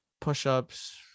push-ups